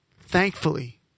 Thankfully